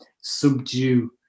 subdue